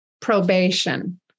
probation